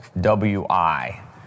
WI